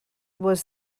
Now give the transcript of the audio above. was